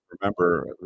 remember